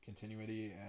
continuity